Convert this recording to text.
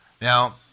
Now